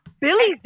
Billy